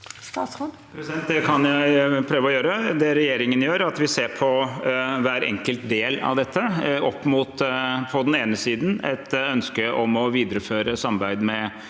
Det kan jeg prøve å gjøre. Det regjeringen gjør, er å se på hver enkelt del av dette – på den ene siden opp mot et ønske om å videreføre samarbeidet med